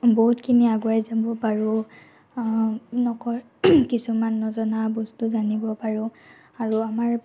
বহুতখিনি আগুৱাই যাব পাৰোঁ কিছুমান নজনা বস্তু জানিব পাৰোঁ আৰু আমাৰ